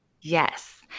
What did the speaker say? Yes